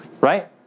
Right